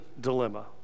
dilemma